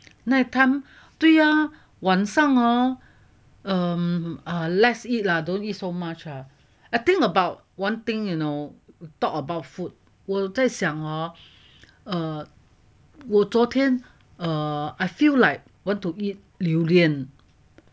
night time 对呀晚上 hor um err let's eat lah don't eat so much la I think about one thing you know talk about food 我在想哦 err 我昨天 err I feel like want to eat 榴莲